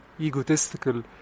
egotistical